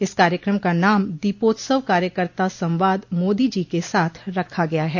इस कार्यकम का नाम दीपोत्सव कार्यकर्ता संवाद मोदी जी के साथ रखा गया है